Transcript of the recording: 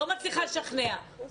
אני לא מצליחה לשכנע.